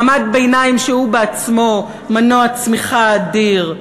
מעמד ביניים, שהוא עצמו מנוע צמיחה אדיר.